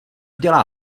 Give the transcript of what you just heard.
dělá